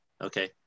Okay